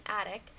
attic